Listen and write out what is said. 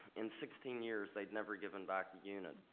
in sixteen years, they'd never given back a unit.